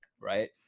Right